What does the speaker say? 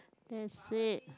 that's it